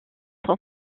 son